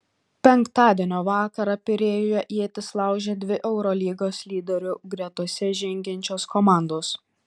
penktadienio vakarą pirėjuje ietis laužė dvi eurolygos lyderių gretose žengiančios komandos